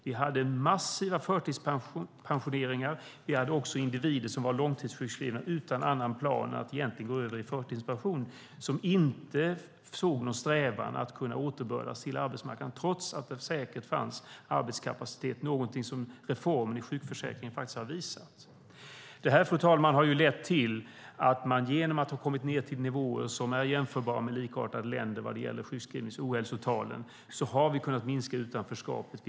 Vi hade massiva förtidspensioneringar och också individer som var långtidssjukskrivna utan egentligen annan plan än att gå över i förtidspension. Man såg inte någon strävan att återbördas till arbetsmarknaden trots att det säkert fanns arbetskapacitet, något som reformen i sjukförsäkringen har visat. Fru talman! Detta har lett till att vi genom att ha kommit ned till nivåer som är jämförbara med likartade länder vad gäller sjukskrivnings och ohälsotalen har kunnat minska utanförskapet.